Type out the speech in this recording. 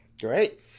Great